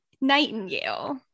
nightingale